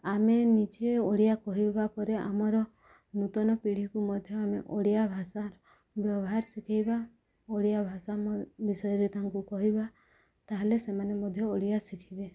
ଆମେ ନିଜେ ଓଡ଼ିଆ କହିବା ପରେ ଆମର ନୂତନ ପିଢ଼ିକୁ ମଧ୍ୟ ଆମେ ଓଡ଼ିଆ ଭାଷାର ବ୍ୟବହାର ଶିଖାଇବା ଓଡ଼ିଆ ଭାଷା ବିଷୟରେ ତାଙ୍କୁ କହିବା ତା'ହେଲେ ସେମାନେ ମଧ୍ୟ ଓଡ଼ିଆ ଶିଖିବେ